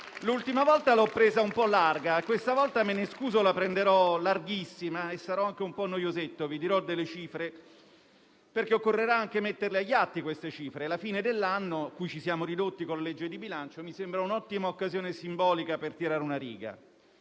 L'ultima volta l'ho presa un po' larga; questa volta - me ne scuso - la prenderò larghissima e sarò anche un po' noiosetto. Vi dirò delle cifre, perché occorrerà anche mettere agli atti queste cifre, e alla fine dell'anno, cui ci siamo ridotti con la legge di bilancio, mi sembra un'ottima occasione simbolica per tirare una riga.